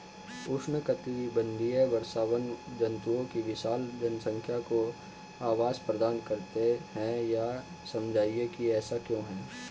उष्णकटिबंधीय वर्षावन जंतुओं की विशाल जनसंख्या को आवास प्रदान करते हैं यह समझाइए कि ऐसा क्यों है?